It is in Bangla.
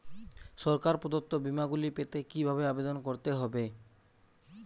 সরকার প্রদত্ত বিমা গুলি পেতে কিভাবে আবেদন করতে হবে?